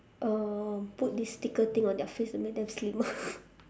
uh put this sticker thing on their face and make them slimmer